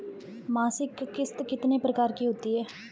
मासिक किश्त कितने प्रकार की होती है?